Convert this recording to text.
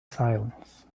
silence